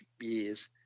years